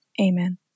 Amen